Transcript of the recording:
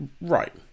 right